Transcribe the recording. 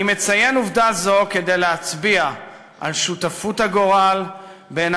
אני מציין עובדה זו כדי להצביע על שותפות הגורל בין